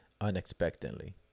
unexpectedly